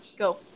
Go